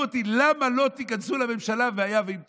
אותי: למה לא תיכנסו לממשלה והיה והיא תקום?